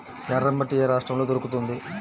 ఎర్రమట్టి ఏ రాష్ట్రంలో దొరుకుతుంది?